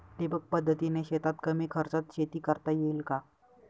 ठिबक पद्धतीने शेतात कमी खर्चात शेती करता येईल का?